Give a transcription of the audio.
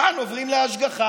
כאן עוברים להשגחה,